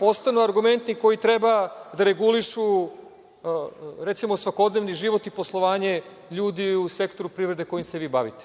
postanu argumenti koji treba da regulišu, recimo, svakodnevni život i poslovanje ljudi u sektoru privrede kojim se vi bavite.